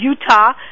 Utah